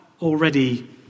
already